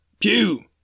Pew